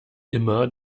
immer